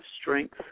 strength